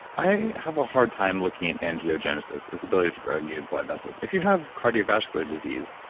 i have a hard time looking at angiogenesis, this ability to grow new blood vessels. if you have cardiovascular disease,